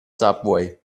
subway